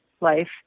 life